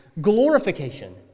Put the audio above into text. glorification